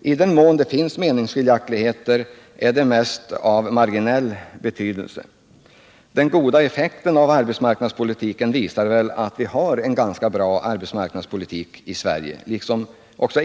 I den mån det finns meningsskiljaktigheter är de oftast av marginell betydelse. Den goda effekten av arbetsmarknadspolitiken visar också att vi har fört och för en ganska bra arbetsmarknadspolitik här i landet.